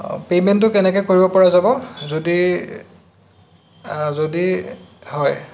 পেইমেণ্টটো কেনেকৈ কৰিব পৰা যাব যদি যদি হয়